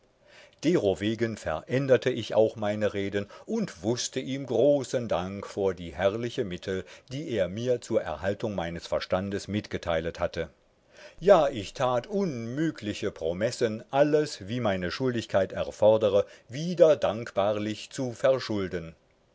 mir derowegen veränderte ich auch meine reden und wußte ihm großen dank vor die herrliche mittel die er mir zu erhaltung meines verstandes mitgeteilet hatte ja ich tät unmügliche promessen alles wie meine schuldigkeit erfordere wieder dankbarlich zu verschulden